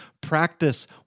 practice